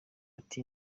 ati